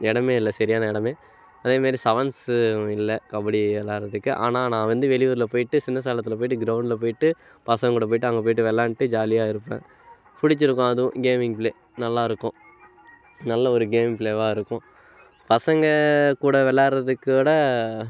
இடமே இல்லை சரியான இடமே அதேமாரி செவன்ஸு இல்லை கபடி விளாட்றதுக்கு ஆனால் நான் வந்து வெளியூரில் போய்ட்டு சின்ன சேலத்தில் போய்ட்டு கிரவுண்டுல போய்ட்டு பசங்கள் கூட போய்ட்டு அங்கே போய்ட்டு விளாண்ட்டு ஜாலியாக இருப்பேன் பிடித்திருக்கும் அது இங்கே கேமிங் பிளே நல்லா இருக்கும் நல்ல ஒரு கேம் பிளேவாக இருக்கும் பசங்கள் கூட விளாட்றதுக்கூட